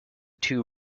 two